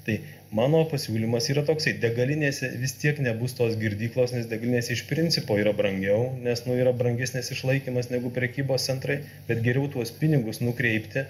tai mano pasiūlymas yra toksai degalinėse vis tiek nebus tos girdyklos nes degalinės iš principo yra brangiau nes nu yra brangesnis išlaikymas negu prekybos centrai bet geriau tuos pinigus nukreipti